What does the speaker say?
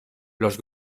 los